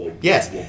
yes